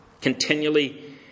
continually